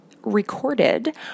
recorded